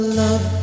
love